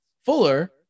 Fuller